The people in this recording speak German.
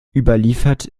überliefert